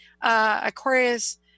Aquarius